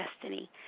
destiny